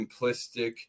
simplistic